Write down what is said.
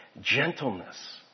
Gentleness